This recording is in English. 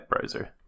browser